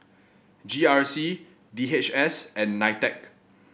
G R C D H S and Nitec